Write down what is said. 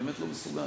אני באמת לא מסוגל.